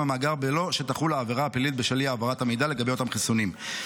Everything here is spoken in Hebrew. במאגר בלא שתחול העבירה הפלילית בשל אי-העברת המידע לגבי אותם חיסונים.